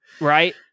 right